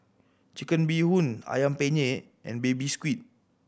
Chicken Bee Hoon Ayam Penyet and Baby Squid